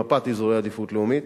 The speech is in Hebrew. במפת אזורי עדיפות לאומית.